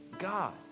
God